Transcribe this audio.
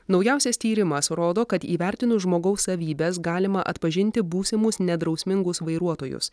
naujausias tyrimas rodo kad įvertinus žmogaus savybes galima atpažinti būsimus nedrausmingus vairuotojus